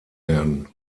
werden